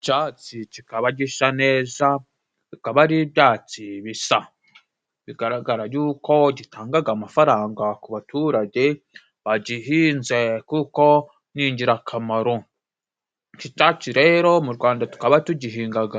Icatsi kikaba gisa neza, bikaba ari ibyatsi bisa. bigaragara yuko gitangaga amafaranga ku baturage bagihinze, kuko ni ingirakamaro. Iki catsii rero mu Rwanda tukaba tugihingaga.